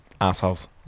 Assholes